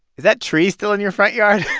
is that tree still in your front yard?